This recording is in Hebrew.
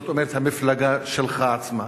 זאת אומרת המפלגה שלך עצמה?